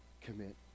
commit